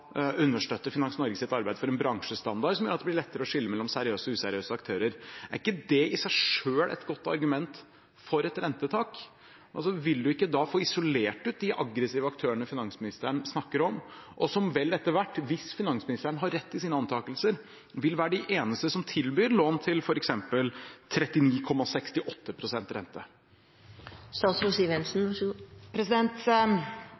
arbeid for en bransjestandard som gjør at det blir lettere å skille mellom seriøse og useriøse aktører, i seg selv er gode argumenter for et rentetak? Vil man ikke da få isolert de aggressive aktørene finansministeren snakker om, som vel etter hvert, hvis finansministeren har rett i sine antakelser, vil være de eneste som tilbyr lån til f.eks. 39,68 pst. rente?